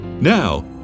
Now